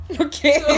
okay